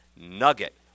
Nugget